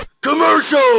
Commercial